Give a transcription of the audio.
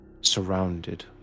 surrounded